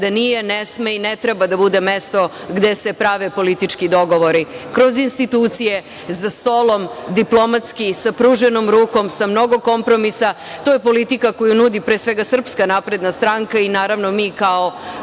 nije, ne sme i ne treba da bude mesto gde se prave politički dogovori. Kroz institucije, za stolom, diplomatski, sa pruženom rukom, sa mnogo kompromisa, to je politika koju nudi pre svega SNS i naravno mi kao